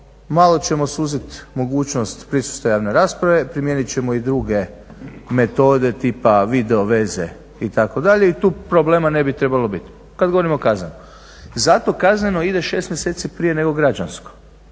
malo ćemo suziti mogućnost prisustva na rasprave, primijeniti ćemo i druge metode tipa video veze itd. i tu problema ne bi trebalo biti kada govorimo o kaznenom. Zato kazneno ide 6 mjeseci prije nego građansko.